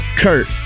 Kurt